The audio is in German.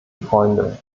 freunde